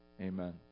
Amen